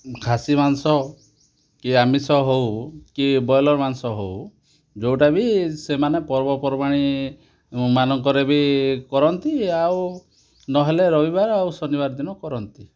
ଖାସି ମାଂସ କି ଆମିଷ ହଉ କି ବଏଲର ମାଂସ ହଉ ଯେଉଁଟା ବି ସେମାନେ ପର୍ବପର୍ବାଣୀ ମାନଙ୍କରେ ବି କରନ୍ତି ଆଉ ନହେଲେ ରବିବାର ଆଉ ଶନିବାର ଦିନ କରନ୍ତି